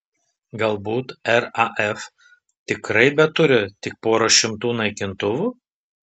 galbūt raf tikrai beturi tik porą šimtų naikintuvų